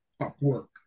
Upwork